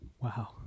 Wow